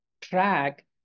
track